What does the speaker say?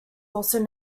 also